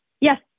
Yes